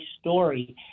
story